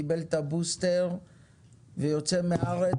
קיבל את הבוסטר ויוצא מהארץ,